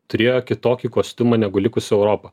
turėjo kitokį kostiumą negu likusi europa